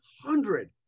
hundred